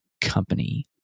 company